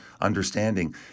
understanding